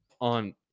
on